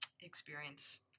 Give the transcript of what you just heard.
experience